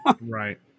right